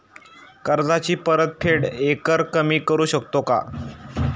कर्जाची परतफेड एकरकमी करू शकतो का?